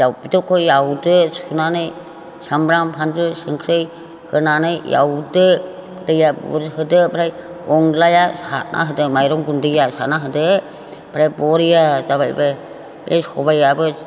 दाउ फिथौखौ एवदो सुनानै सामब्राम फानलु संख्रि होनानै एवदो दैया बुर होदो ओमफ्राय अनलाया सारना होदो माइरं गुन्दैया सारना होदो ओमफ्राय बरिया जाबायबो बे सबायाबो